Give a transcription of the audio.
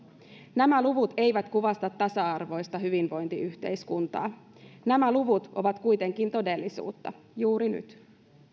nämä luvut eivät kuvasta tasa arvoista hyvinvointiyhteiskuntaa nämä luvut ovat kuitenkin todellisuutta juuri nyt